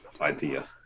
idea